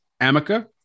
amica